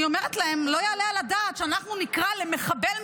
אני אומרת להם: לא יעלה על הדעת שאנחנו נקרא למחבל,